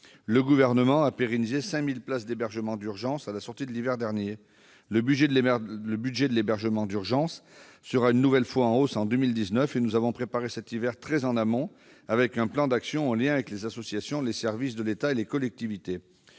Le Gouvernement a pérennisé 5 000 places d'hébergement d'urgence à la sortie de l'hiver dernier. Le budget de l'hébergement d'urgence sera une nouvelle fois en hausse en 2019, et nous avons préparé cet hiver très en amont avec un plan d'action, en lien avec les associations, les services de l'État et les collectivités.